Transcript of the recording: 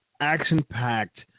Action-packed